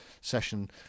session